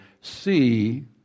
see